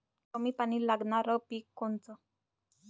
कमी पानी लागनारं पिक कोनचं?